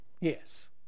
Yes